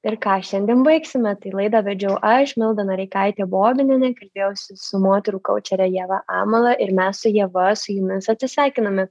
ir ką šiandien baigsime tai laidą vedžiau aš milda noreikaitė bobinienė kalbėjausi su moterų kaučere ieva amala ir mes su ieva su jumis atsisveikiname